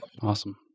Awesome